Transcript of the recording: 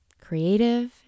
Creative